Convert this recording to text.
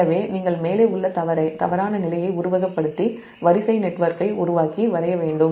எனவே நீங்கள் மேலே உள்ள தவறான நிலையை உருவகப்படுத்தி வரிசை நெட்வொர்க்கை உருவாக்கி வரைய வேண்டும்